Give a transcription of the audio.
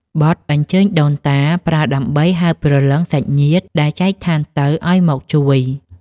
បទអញ្ជើញដូនតា ប្រើដើម្បីហៅព្រលឹងសាច់ញាតិដែលចែកឋានទៅឱ្យមកជួយ។